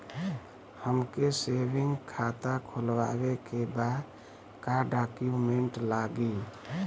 हमके सेविंग खाता खोलवावे के बा का डॉक्यूमेंट लागी?